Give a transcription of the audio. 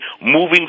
moving